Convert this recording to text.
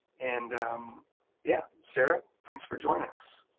and yeah, sarah, thanks for joining us.